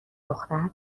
دختر